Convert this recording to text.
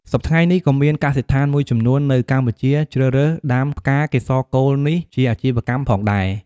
សព្វថ្ងៃនេះក៏មានកសិដ្ឋានមួយចំនួននៅកម្ពុជាជ្រើសរើសដំាផ្កាកេសរកូលនេះជាអាជីវកម្មផងដែរ។